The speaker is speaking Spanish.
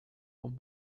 con